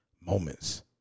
moments